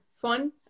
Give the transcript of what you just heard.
fun